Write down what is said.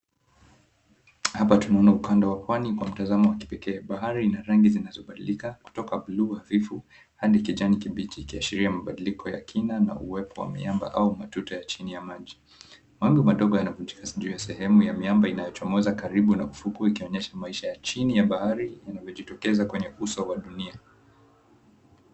Hapa tunaona ukanda wa pwani kwa mtazamo wa kipekee. Bahari ina rangi zinazobadilika kutoka buluu hafifu hadi kijanikibichi ikiashiria mabadiliko ya kina na uwepo wa miamba au matuta ya chini ya maji. Mawimbi madogo yanavunjika sijui ya sehemu ya miamba inayochomoza karibu na ufukwe ikionyesha maisha ya chini ya bahari yanavyojitokeza kwenye uso wa dunia.